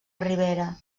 rivera